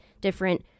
different